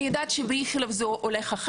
אני יודעת שבאיכילוב זה אחרת,